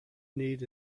need